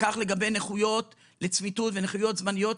וכך לגבי נכויות זמניות ונכויות לצמיתות,